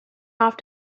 off